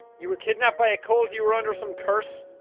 you were kidnapped by a cult. you were under some curse.